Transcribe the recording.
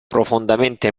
profondamente